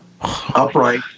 Upright